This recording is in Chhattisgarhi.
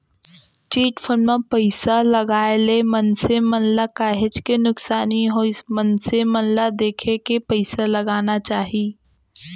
चिटफंड म पइसा लगाए ले मनसे मन ल काहेच के नुकसानी होइस मनसे मन ल देखे के पइसा लगाना चाही